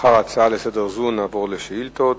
לאחר הצעה זו לסדר-היום נעבור לשאילתות,